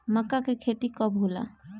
मक्का के खेती कब होला?